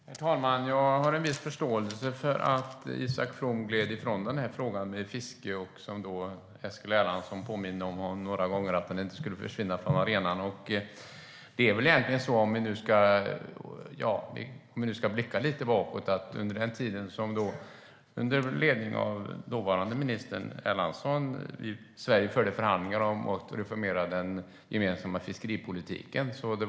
Herr talman! Jag har en viss förståelse för att Isak From gled ifrån frågan om fisket. Eskil Erlandsson påminde några gånger om att den inte skulle försvinna från arenan. Vi kan blicka bakåt lite grann till den tid då Sverige under ledning av dåvarande minister Erlandsson förde förhandlingar om och reformerade den gemensamma fiskeripolitiken.